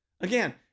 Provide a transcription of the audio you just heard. Again